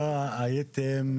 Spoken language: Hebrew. לא שמעתי.